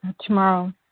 Tomorrow